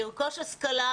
לרכוש השכלה,